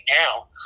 now